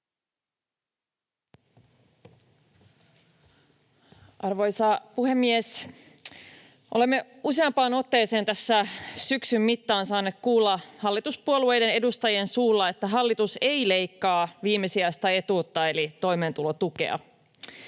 Arvoisa puhemies! Olemme useampaan otteeseen tässä syksyn mittaan saaneet kuulla hallituspuolueiden edustajien suulla, että hallitus ei leikkaa viimesijaista etuutta eli toimeentulotukea.